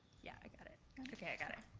yeah, i got it. okay i got it,